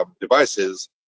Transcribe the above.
Devices